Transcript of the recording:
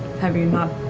have you not